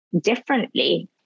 differently